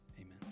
Amen